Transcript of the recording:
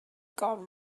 gone